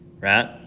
Right